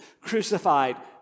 crucified